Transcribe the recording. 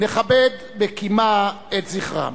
נכבד בקימה את זכרם.